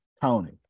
Tony